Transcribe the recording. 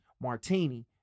Martini